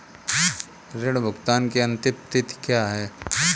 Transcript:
ऋण भुगतान की अंतिम तिथि क्या है?